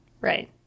Right